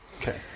Okay